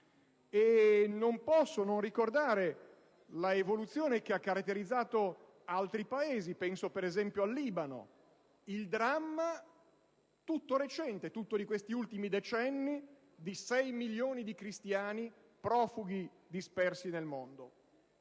non posso non ricordare l'evoluzione che ha caratterizzato altri Paesi. Si pensi ad esempio, al Libano, al dramma recente, di questi ultimi decenni, di 6 milioni di cristiani profughi dispersi nel mondo.